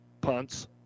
punts